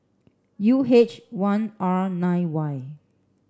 U H one R nine Y